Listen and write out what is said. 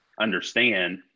understand